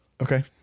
Okay